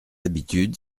habitude